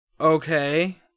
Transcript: Okay